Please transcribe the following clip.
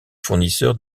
fournisseur